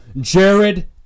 Jared